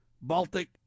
Baltic